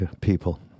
people